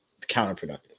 counterproductive